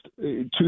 two